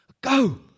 Go